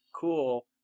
Cool